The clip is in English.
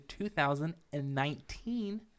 2019